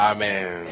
Amen